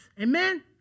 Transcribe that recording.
Amen